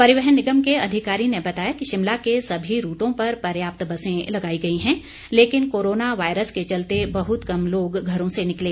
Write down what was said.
परिवहन निगम के अधिकारी ने बताया कि शिमला के सभी रूटों पर पर्याप्त बसें लगाई गई हैं लेकिन कोरोना वायरस के चलते बहुत कम लोग घरों से निकले